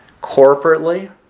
Corporately